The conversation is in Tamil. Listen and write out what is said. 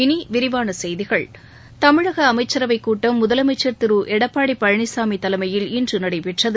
இனி விரிவான செய்திகள் தமிழக அமைச்சரவைக் கூட்டம் முதலமைச்சன் திரு எடப்பாடி பழனிசாமி தலைமையில் இன்று நடைபெற்றது